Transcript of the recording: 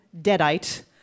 deadite